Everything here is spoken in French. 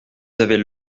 avaient